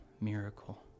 miracle